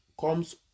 comes